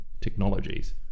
technologies